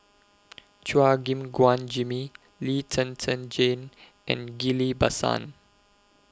Chua Gim Guan Jimmy Lee Zhen Zhen Jane and Ghillie BaSan